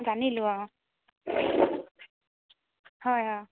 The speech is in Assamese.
জানিলোঁ অঁ হয় অঁ